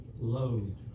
load